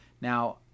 now